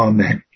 Amen